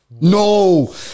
No